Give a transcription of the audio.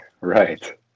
Right